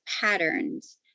patterns